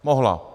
Mohla.